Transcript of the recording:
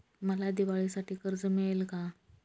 मला दिवाळीसाठी कर्ज मिळेल का?